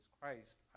Christ